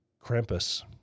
Krampus